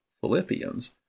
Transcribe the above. Philippians